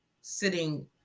sitting